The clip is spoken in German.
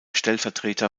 stellvertreter